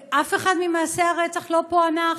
ואף אחד ממעשי הרצח לא פוענח.